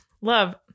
Love